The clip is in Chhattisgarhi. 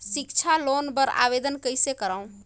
सिक्छा लोन बर आवेदन कइसे करव?